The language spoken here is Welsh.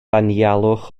anialwch